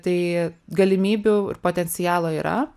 tai galimybių ir potencialo yra